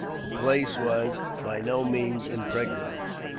the place was by no means impregnable.